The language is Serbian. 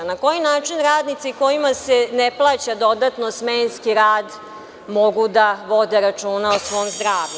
Na koji način radnici kojima se ne plaća dodatno smenski rad mogu da vode računa o svom zdravlju?